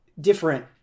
different